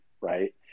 right